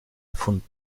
erfunden